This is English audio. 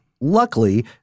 luckily